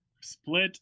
split